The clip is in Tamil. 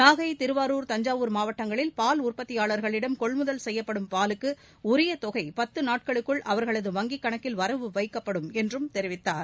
நாகை திருவாரூர் தஞ்சாவூர் மாவட்டங்களில் பால் உற்பத்தியாளர்களிடம் கொள்முதல் செய்யப்படும் பாலுக்கு உரிய தொகை பத்து நாட்களுக்குள் அவர்களது வங்கிக் கணக்கில் வரவு வைக்கப்படுவதாகவும் அவர் தெிவித்தார்